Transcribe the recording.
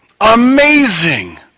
amazing